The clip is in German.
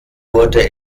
wurde